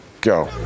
go